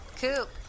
Coop